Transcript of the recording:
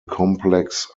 complex